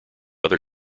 other